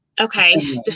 Okay